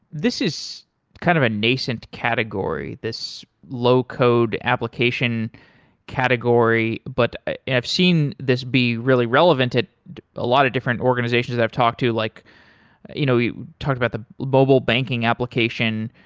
this is kind of a nascent category, this low-code application category, but i've seen this be really relevant at a lot of different organizations that i've talked to, like you know we talked about the mobile banking application.